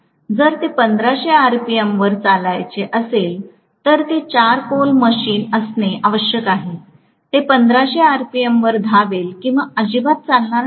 जर ते 1500 आरपीएम वर चालवायचे असेल तर ते 4 पोल मशीन असणे आवश्यक आहे ते 1500 आरपीएम वर धावेल किंवा अजिबात चालणार नाही